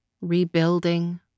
Rebuilding